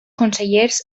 consellers